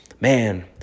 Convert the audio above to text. Man